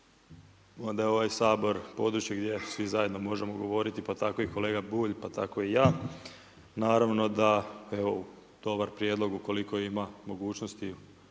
da je ovaj Sabor područje gdje svi zajedno možemo govoriti, pa tako i kolega Bulj, pa tako i ja. Naravno da dobar prijedlog ukoliko ima mogućnosti